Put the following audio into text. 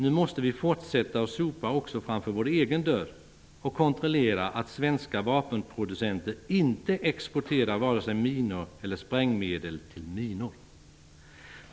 Nu måste vi fortsätta sopa framför vår egen dörr och kontrollera att svenska vapenproducenter inte exporterar vare sig minor eller sprängmedel till minor.